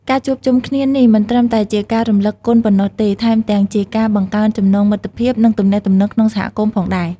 ការជួបជុំគ្នានេះមិនត្រឹមតែជាការរំលឹកគុណប៉ុណ្ណោះទេ ថែមទាំងជាការបង្កើនចំណងមិត្តភាព និងទំនាក់ទំនងក្នុងសហគមន៍ផងដែរ។